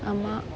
ஆமா:aamaa